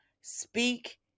speak